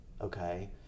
okay